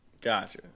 Gotcha